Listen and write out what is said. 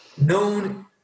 known